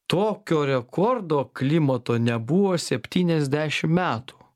tokio rekordo klimato nebuvo septyniasdešim metų